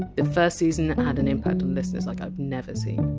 the first season had an impact on listeners like i! ve never seen.